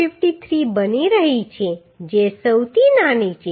53 બની રહી છે જે સૌથી નાની છે